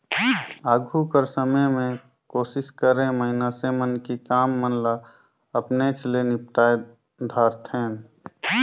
आघु कर समे में कोसिस करें मइनसे मन कि काम मन ल अपनेच ले निपटाए धारतेन